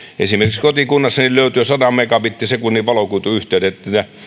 esimerkiksi kotikunnassani löytyy sadan megabittisekunnin valokuituyhteydet